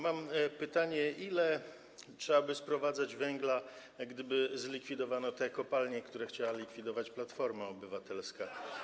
Mam pytanie: Ile trzeba by sprowadzać węgla, gdyby zlikwidowano te kopalnie, które chciała likwidować Platforma Obywatelska?